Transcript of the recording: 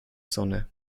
sonne